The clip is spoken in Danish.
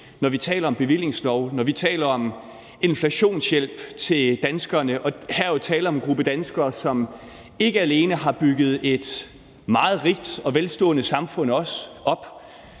når vi taler om bevillingslov, når vi taler om inflationshjælp til danskerne. Og her er jo tale om en gruppe danskere, som har bygget et meget rigt og velstående samfund op,